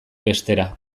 bestera